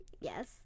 Yes